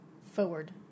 forward